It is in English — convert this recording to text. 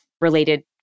related